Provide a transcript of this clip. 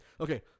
Okay